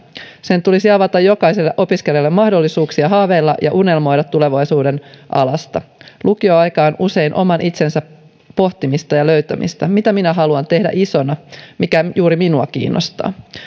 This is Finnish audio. sen tulisi avata jokaiselle opiskelijalle mahdollisuuksia haaveilla ja unelmoida tulevaisuuden alastaan lukioaika on usein oman itsensä pohtimista ja löytämistä mitä minä haluan tehdä isona mikä juuri minua kiinnostaa